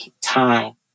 time